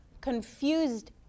confused